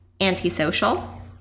antisocial